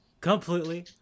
completely